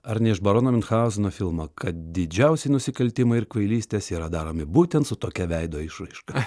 ar ne iš barono miunchauzeno filmo kad didžiausi nusikaltimai ir kvailystės yra daromi būtent su tokia veido išraiška